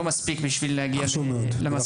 לא מספיק בשביל להגיע למסקנות,